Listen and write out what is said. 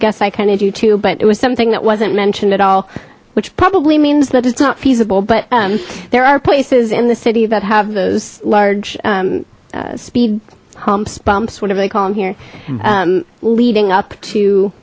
guess i kind of do too but it was something that wasn't mentioned at all which probably means that it's not feasible but um there are places in the city that have those large speed bumps bumps whatever they call them here leading up to